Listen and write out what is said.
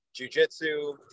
jujitsu